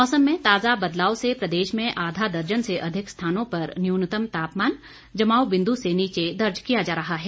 मौसम में ताजा बदलाव से प्रदेश में आधा दर्जन से अधिक स्थानों पर न्यूनतम तापमान जमाव बिंदु से नीचे दर्ज किया जा रहा है